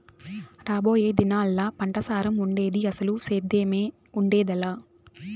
రాబోయే దినాల్లా పంటసారం ఉండేది, అసలు సేద్దెమే ఉండేదెలా